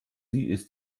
ist